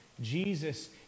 Jesus